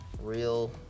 real